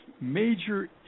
major